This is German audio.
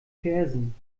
fersen